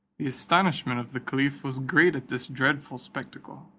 the astonishment of the caliph was great at this dreadful spectacle.